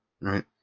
right